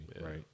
right